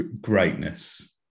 greatness